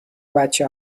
بچه